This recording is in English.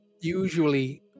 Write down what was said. usually